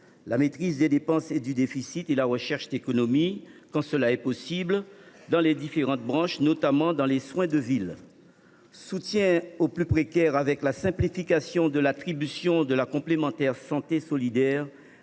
la maîtrise des dépenses et du déficit, et la recherche d’économies, quand c’est possible, dans les différentes branches, notamment pour les soins de ville. Sont prévus également le soutien aux plus précaires avec la simplification de l’attribution de la complémentaire santé solidaire,